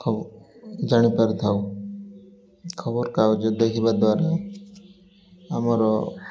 ଖବର ଜାଣିପାରିଥାଉ ଖବରକାଗଜ ଦେଖିବା ଦ୍ୱାରା ଆମର